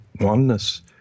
oneness